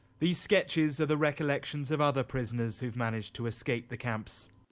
these sketches are the recollections of other prisoners who've managed to escape the camps.